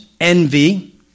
envy